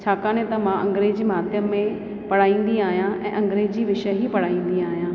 छाकाणि त मां अग्रेंज़ी माध्यम में पढ़ाईंदी आहियां ऐं अग्रेंज़ी विषय ई पढ़ाईंदी आहियां